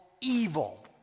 evil